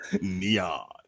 Neon